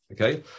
Okay